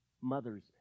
mothers